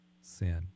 sin